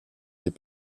des